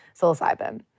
psilocybin